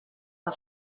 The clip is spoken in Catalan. que